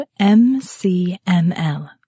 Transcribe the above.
MCML